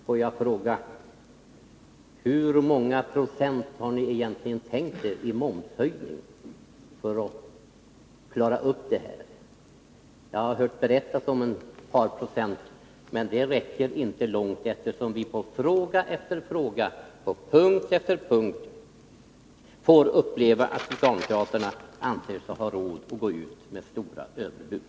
Får jag fråga: Hur många procent har ni egentligen tänkt er i momshöjning för att klara upp detta? Jag har hört berättas om ett par procent, men det räcker inte långt, eftersom vi i fråga efter fråga, på punkt efter punkt får uppleva att socialdemokraterna anser sig ha råd att gå ut med stora överbud.